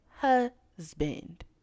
Husband